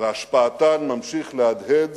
והשפעתן ממשיכה להדהד